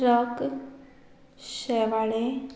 truck शेवाळें